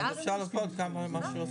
ואז אפשר לעשות מה שרוצים.